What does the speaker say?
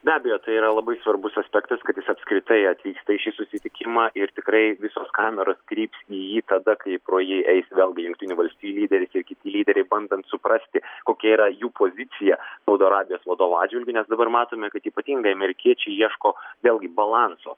be abejo tai yra labai svarbus aspektas kad jis apskritai atvyksta į šį susitikimą ir tikrai visos kameros kryps į jį tada kai pro jį eis vėlgi jungtinių valstijų lyderis ir kiti lyderiai bandant suprasti kokia yra jų pozicija saudo arabijos vadovo atžvilgiu nes dabar matome kad ypatingai amerikiečiai ieško vėlgi balanso